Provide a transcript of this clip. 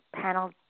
panel